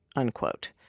unquote.